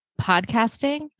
podcasting